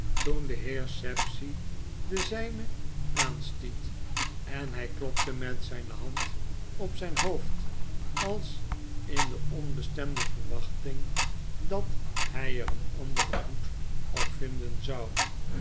toen de heer sapsea den zynen aanstiet en hy klopte met zijne hand op zyn hoofd als in deonbestemde verwachting dat hy er een anderen hoed op vinden zou